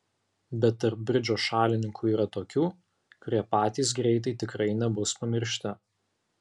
bet tarp bridžo šalininkų yra tokių kurie patys greitai tikrai nebus pamiršti